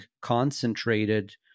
concentrated